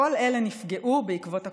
כל אלה נפגעו בעקבות הקורונה.